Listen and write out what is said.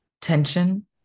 tension